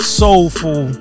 soulful